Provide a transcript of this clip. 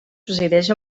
presideix